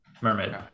Mermaid